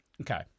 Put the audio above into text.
okay